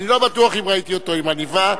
אני לא בטוח אם ראיתי אותו עם עניבה,